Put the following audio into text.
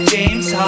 James